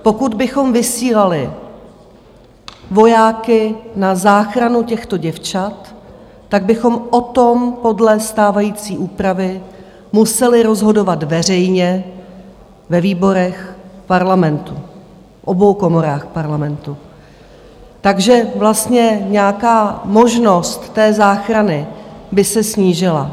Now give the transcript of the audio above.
Pokud bychom vysílali vojáky na záchranu těchto děvčat, tak bychom o tom podle stávající úpravy museli rozhodovat veřejně ve výborech Parlamentu, obou komorách Parlamentu, takže vlastně nějaká možnost záchrany by se snížila.